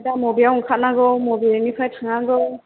दा बबेयाव ओंखारनांगौ मबेनिफ्राय थांनांगौ